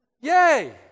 Yay